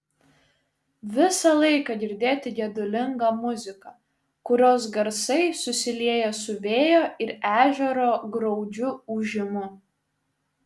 visą laiką girdėti gedulinga muzika kurios garsai susilieja su vėjo ir ežero graudžiu ūžimu